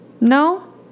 No